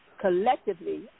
collectively